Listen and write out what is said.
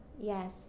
Yes